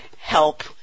help